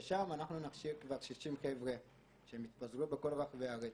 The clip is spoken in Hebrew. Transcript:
שם אנחנו נכשיר כבר 60 חבר'ה שהם יתפזרו בכל רחבי הארץ.